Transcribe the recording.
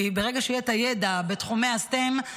כי ברגע שיהיה את הידע בתחומי ה-STEM,